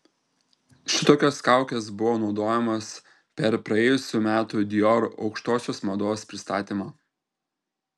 šitokios kaukės buvo naudojamos per praėjusių metų dior aukštosios mados pristatymą